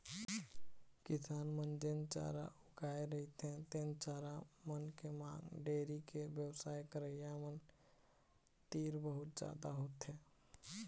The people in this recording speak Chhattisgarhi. किसान मन जेन चारा उगाए रहिथे तेन चारा मन के मांग डेयरी के बेवसाय करइया मन तीर बहुत जादा होथे